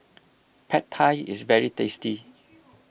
Pad Thai is very tasty